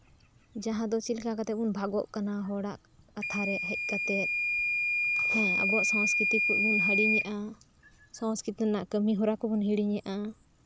ᱡᱟᱦᱟᱸ ᱫᱚ ᱪᱮᱫ ᱠᱞᱮᱠᱟ ᱠᱟᱛᱮᱫ ᱵᱚᱱ ᱵᱷᱟᱜᱚᱜ ᱠᱟᱱᱟ ᱦᱚᱲᱟᱜ ᱠᱟᱛᱷᱟ ᱨᱮ ᱦᱮᱡ ᱠᱟᱛᱮᱫ ᱦᱮᱸ ᱟᱵᱚᱣᱟᱜ ᱥᱚᱥᱠᱨᱤᱛᱤ ᱠᱷᱚᱱ ᱵᱚᱱ ᱦᱤᱲᱤᱧᱮᱫᱼᱟ ᱥᱚᱥᱠᱨᱤᱛᱤ ᱨᱮᱭᱟᱜ ᱠᱟᱹᱢᱤ ᱦᱚᱨᱟ ᱠᱚᱵᱚᱱ ᱦᱤᱲᱤᱧᱮᱫᱼᱟ